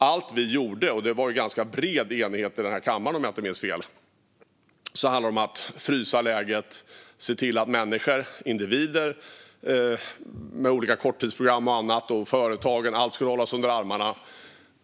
Allt vi då gjorde i ganska bred enighet här i kammaren handlade om att frysa läget och genom korttidsprogram och annat hålla människor och företag under armarna.